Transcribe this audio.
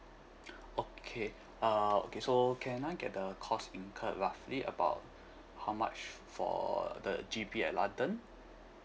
okay uh okay so can I get a cost incurred roughly about how much for the G_P at london